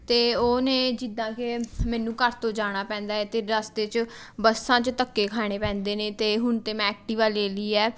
ਅਤੇ ਉਹ ਨੇ ਜਿੱਦਾਂ ਕਿ ਮੈਨੂੰ ਘਰ ਤੋਂ ਜਾਣਾ ਪੈਂਦਾ ਹੈ ਅਤੇ ਰਸਤੇ 'ਚ ਬੱਸਾਂ 'ਚ ਧੱਕੇ ਖਾਣੇ ਪੈਂਦੇ ਨੇ ਅਤੇ ਹੁਣ ਤਾਂ ਮੈਂ ਐਕਟਿਵਾ ਲੈ ਲਈ ਹੈ